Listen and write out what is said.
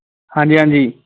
हां जी हां जी